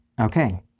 Okay